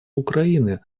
украины